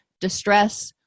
distress